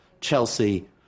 Chelsea